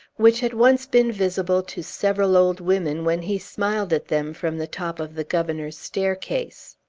which had once been visible to several old women, when he smiled at them from the top of the governor's staircase.